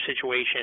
situation